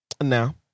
Now